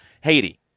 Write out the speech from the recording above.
Haiti